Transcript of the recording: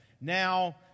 Now